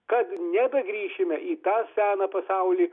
kad nebegrįšime į tą seną pasaulį